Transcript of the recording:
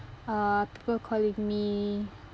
uh people calling me